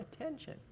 attention